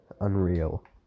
unreal